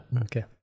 Okay